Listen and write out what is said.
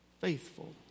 faithful